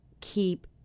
keep